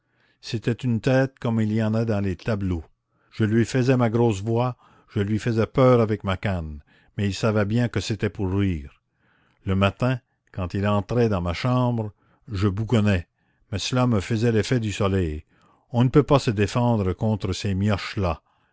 c'était une tête comme il y en a dans les tableaux je lui faisais ma grosse voix je lui faisais peur avec ma canne mais il savait bien que c'était pour rire le matin quand il entrait dans ma chambre je bougonnais mais cela me faisait l'effet du soleil on ne peut pas se défendre contre ces mioches là